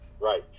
Right